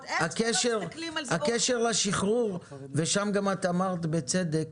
הקשר לשחרור ושם גם אמרת בצדק,